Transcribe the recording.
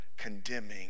condemning